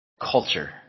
culture